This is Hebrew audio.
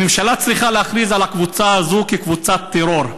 הממשלה צריכה להכריז על הקבוצה הזו קבוצת טרור,